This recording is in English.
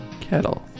kettle